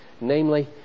namely